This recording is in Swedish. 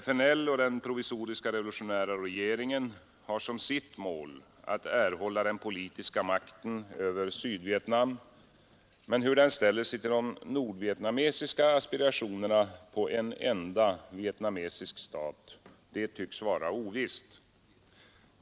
FNL och den provisoriska revolutionära regeringen har som sitt mål att erhålla den politiska makten över Sydvietnam, men hur den ställer sig till de nordvietnamesiska aspirationerna på en enda vietnamesisk stat tycks vara ovisst.